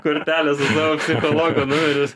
kortelę su savo psichologo numeriu